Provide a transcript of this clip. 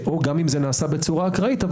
גם אם זה נעשה בצורה אקראית,